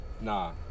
Nah